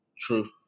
True